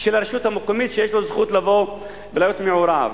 של הרשות המקומית שיש לו זכות לבוא ולהיות מעורב.